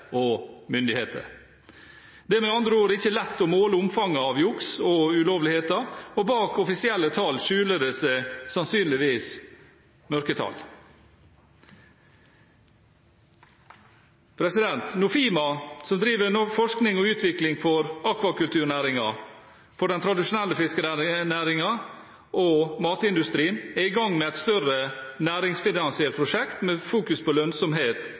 og myndigheter. Det er med andre ord ikke lett å måle omfanget av juks og ulovligheter, og bak offisielle tall skjuler det seg sannsynligvis mørketall. Nofima, som driver forskning og utvikling for akvakulturnæringen, for den tradisjonelle fiskenæringen og matindustrien, er i gang med et større næringsfinansiert prosjekt med fokus på lønnsomhet